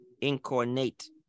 Incarnate